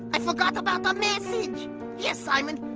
i forgot about the message yes simon